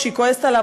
כשהיא כועסת עליו,